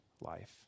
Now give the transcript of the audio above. life